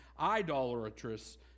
idolatrous